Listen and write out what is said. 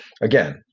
Again